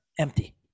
empty